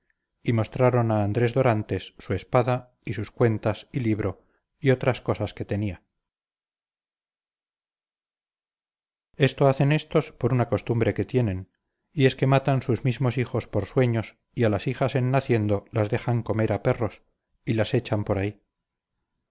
y mostraron a andrés dorantes su espada y sus cuentas y libro y otras cosas que tenía esto hacen éstos por una costumbre que tienen y es que matan sus mismos hijos por sueños y a las hijas en naciendo las dejan comer a perros y las echan por ahí